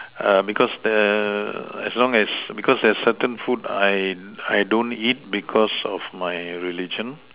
err because the as long as because there's certain food I I don't eat because of my religion